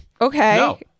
okay